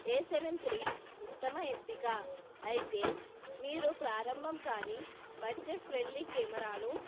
ఏ seven three ఉత్తమ ఎంపిక అయితే మీరు ప్రారంభం కానీ బడ్జెట్ ఫ్రెండ్లీ కెమెరాను